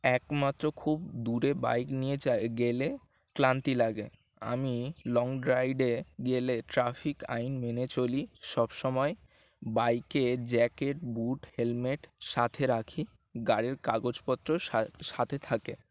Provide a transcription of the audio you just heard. একমাত্র খুব দূরে বাইক নিয়ে যাই গেলে ক্লান্তি লাগে আমি লং ড্রাইভে গেলে ট্রাফিক আইন মেনে চলি সব সময় বাইকে জ্যাকেট বুট হেলমেট সাথে রাখি গাড়ির কাগজপত্র সা সাথে থাকে